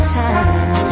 time